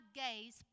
gaze